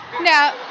No